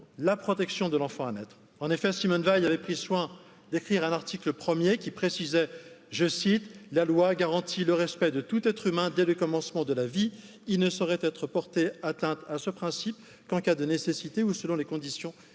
la protection de l'enfant à naître en effet Simone Veil avait pris soin d'écrire un article 1ᵉʳ qui précisait je cite La loi garantit le respect de tout être humain dès le commencement de la vie il ne saurait être porté atteinte à ce principe qu'en cas de nécessité ou selon les conditions définies